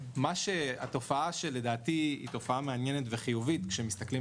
התופעה שלדעתי היא תופעה מעניינת וחיובית כשמסתכלים